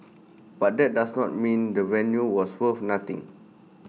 but that does not mean the venue was worth nothing